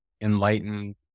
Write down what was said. enlightened